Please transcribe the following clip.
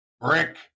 brick